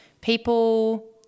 people